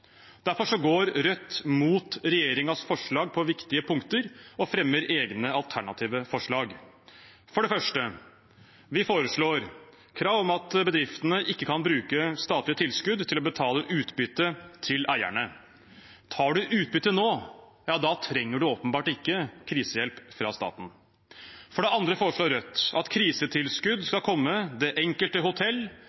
Derfor går Rødt mot regjeringens forslag på viktige punkter og fremmer egne, alternative forslag. For det første: Vi foreslår krav om at bedriftene ikke kan bruke statlige tilskudd til å betale utbytte til eierne. Tar man utbytte nå, trenger man åpenbart ikke krisehjelp fra staten. For det andre foreslår Rødt at krisetilskudd